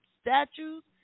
statues